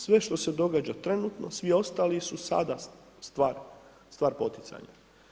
Sve što se događa trenutno svi ostali su sada stvar, stvar poticanja.